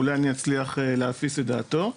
אולי אני אצליח להפיס את דעתו.